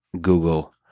Google